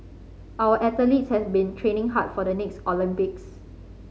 our athletes has been training hard for the next Olympics